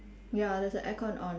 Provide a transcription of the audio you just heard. ya there's a air con on